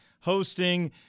hosting